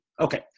Okay